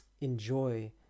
enjoy